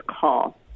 call